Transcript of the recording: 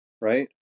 right